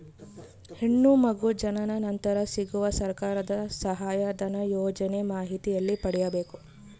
ಹೆಣ್ಣು ಮಗು ಜನನ ನಂತರ ಸಿಗುವ ಸರ್ಕಾರದ ಸಹಾಯಧನ ಯೋಜನೆ ಮಾಹಿತಿ ಎಲ್ಲಿ ಪಡೆಯಬೇಕು?